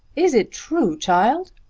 is it true, child?